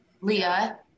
Leah